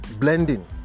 blending